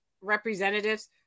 representatives